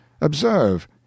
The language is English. Observe